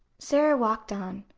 sara walked on.